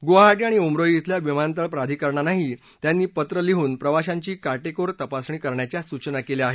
गुवाहाटी आणि उमरोई इथल्या विमानतळ प्राधिकरणांनाही त्यांनी पत्र लिहून प्रवाशांची काटेकोर तपासणी करण्याच्या सूचना केल्या आहेत